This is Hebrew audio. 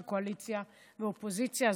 של קואליציה ואופוזיציה.